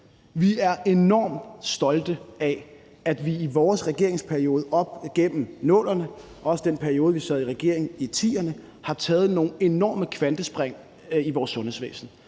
Vi er enormt stolte af, at vi i vores regeringsperiode op igennem 00'erne og også i den periode, vi sad i regering i 2010'erne, har taget nogle enorme kvantespring i vores sundhedsvæsen